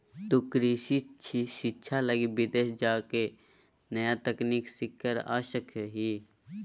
तु कृषि शिक्षा लगी विदेश जाके नया तकनीक सीख कर आ सका हीं